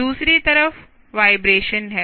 दूसरी तरफ वाइब्रेशन हैं